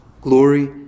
glory